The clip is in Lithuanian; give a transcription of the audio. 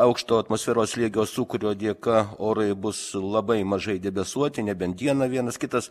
aukšto atmosferos slėgio sūkurio dėka orai bus labai mažai debesuoti nebent dieną vienas kitas